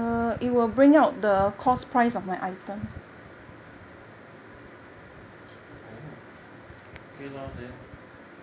oh okay lor then